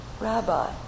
Rabbi